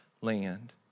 land